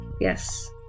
Yes